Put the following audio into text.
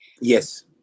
yes